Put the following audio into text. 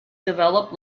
develop